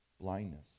blindness